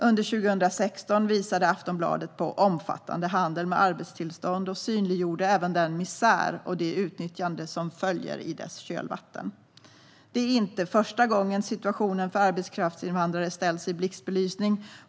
Under 2016 visade Aftonbladet på omfattande handel med arbetstillstånd och synliggjorde även den misär och det utnyttjande som följer i dess kölvatten. Detta är inte första gången situationen för arbetskraftsinvandrare ställs i blixtbelysning.